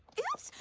yes,